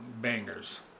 bangers